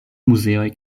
muzeoj